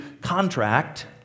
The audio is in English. contract